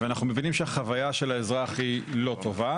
אנחנו מבינים שהחוויה של האזרח היא לא טובה